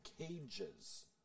cages